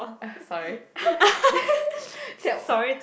sorry then that